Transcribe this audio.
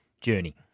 journey